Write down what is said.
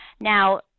Now